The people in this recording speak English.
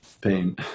pain